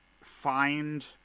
find